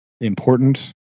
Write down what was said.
important